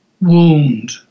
Wound